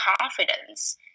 confidence